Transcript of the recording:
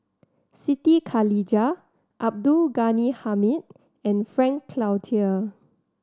Siti Khalijah Abdul Ghani Hamid and Frank Cloutier